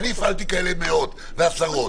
אני הפעלתי כאלה מאות ועשרות.